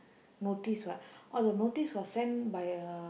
notice what oh the notice will send by a